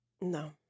No